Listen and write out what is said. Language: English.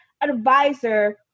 advisor